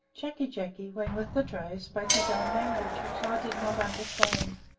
jacky jacky, when with the dray, spoke his own language which i did not understand.